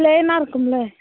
பிளேன்னாக இருக்கும்ல